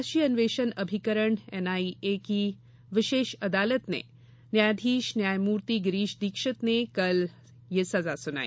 राष्ट्रीय अन्वेषण अभिकरण एनआईए की विशेष अदालत के न्यायाधीश न्यायमूर्ति गिरीश दीक्षित ने कल सजा सुनाई